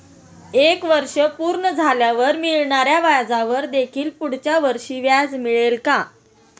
एक वर्ष पूर्ण झाल्यावर मिळणाऱ्या व्याजावर देखील पुढच्या वर्षी व्याज मिळेल का?